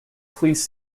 please